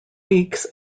weeks